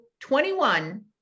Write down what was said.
21